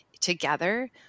together